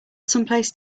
someplace